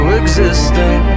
existing